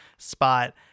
spot